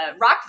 rock